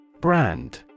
Brand